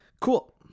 Cool